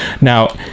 Now